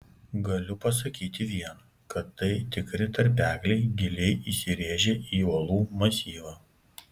galiu pasakyti viena kad tai tikri tarpekliai giliai įsirėžę į uolų masyvą